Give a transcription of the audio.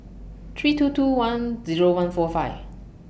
three two two one Zero one four five